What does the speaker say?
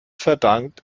verdankt